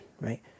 right